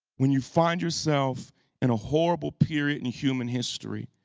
when you find yourself in a horrible period in human history,